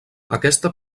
aquesta